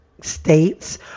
states